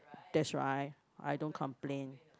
that's right I don't complain